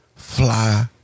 Fly